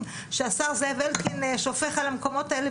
שהשר זאב אלקין שופך על המקומות האלה,